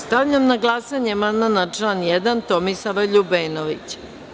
Stavljam na glasanje amandman na član 1. Tomislava Ljubenovića.